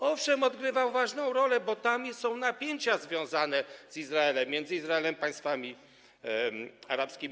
Owszem, odgrywał ważną rolę, bo tam są napięcia związane z Izraelem, między Izraelem a państwami arabskimi.